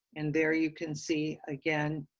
and there you can see, again,